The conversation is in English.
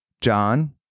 John